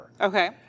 Okay